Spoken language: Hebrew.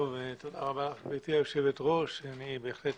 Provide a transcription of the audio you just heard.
תודה רבה לך גבירתי היושבת-ראש, אני בהחלט